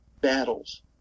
battles